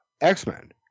X-Men